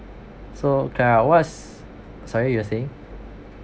so clara what's sorry you were saying